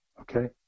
okay